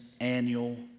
annual